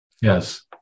Yes